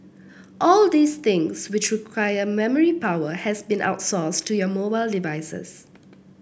all of these things which requires memory power has been outsourced to your mobile devices